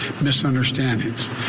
misunderstandings